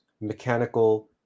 mechanical